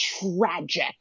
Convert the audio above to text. tragic